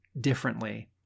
differently